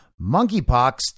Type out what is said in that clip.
Monkeypox